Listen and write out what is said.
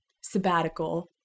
sabbatical